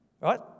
Right